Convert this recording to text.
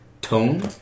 tone